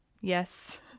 Yes